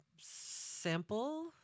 sample